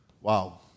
wow